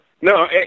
No